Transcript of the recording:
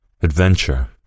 Adventure